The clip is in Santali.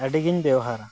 ᱟᱹᱰᱤᱜᱮᱧ ᱵᱮᱣᱦᱟᱨᱟ